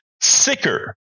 sicker